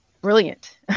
brilliant